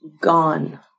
gone